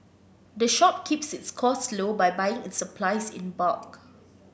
the shop keeps its costs low by buying its supplies in bulk